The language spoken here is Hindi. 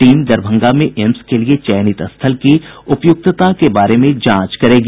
टीम दरभंगा में एम्स के लिये चयनित स्थल की उपयुक्तता के बारे में जांच करेगी